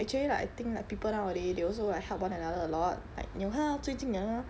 actually like I think like people nowaday they also like help one another a lot like 你有看到最近有那个